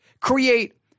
Create